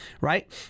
right